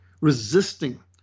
resisting